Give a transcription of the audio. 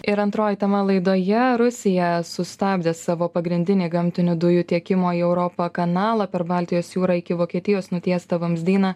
ir antroji tema laidoje rusija sustabdė savo pagrindinį gamtinių dujų tiekimo į europą kanalą per baltijos jūrą iki vokietijos nutiestą vamzdyną